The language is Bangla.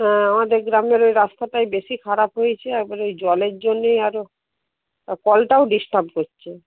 হ্যাঁ আমাদের গ্রামের ওই রাস্তাটাই বেশি খারাপ হয়েছে একবারে জলের জন্যেই আরও কলটাও ডিসটার্ব করছে